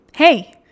Hey